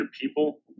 people